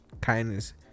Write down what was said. kindness